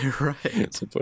Right